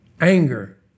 anger